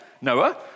Noah